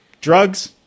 drugs